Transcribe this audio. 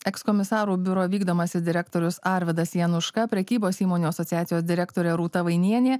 ekskomisarų biuro vykdomasis direktorius arvydas januška prekybos įmonių asociacijos direktorė rūta vainienė